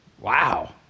Wow